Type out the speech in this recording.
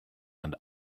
and